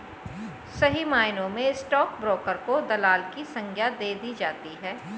सही मायनों में स्टाक ब्रोकर को दलाल की संग्या दे दी जाती है